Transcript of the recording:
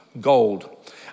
gold